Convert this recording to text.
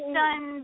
done